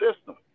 system